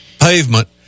pavement